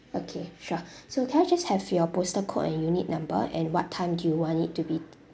okay sure so can I just have your postal code and unit number and what time do you want it to be